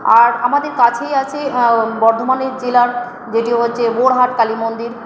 আর আমাদের কাছেই আছে বর্ধমানের জেলার যেটি হচ্ছে বোরহাট কালী মন্দির